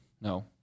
no